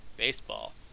baseball